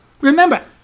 Remember